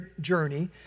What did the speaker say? journey